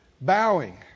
bowing